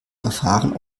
verfahren